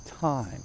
time